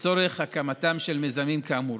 לצורך הקמתם של מיזמים כאמור.